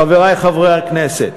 חברי חברי הכנסת,